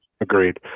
Agreed